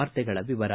ವಾರ್ತೆಗಳ ವಿವರ